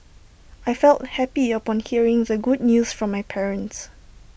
I felt happy upon hearing the good news from my parents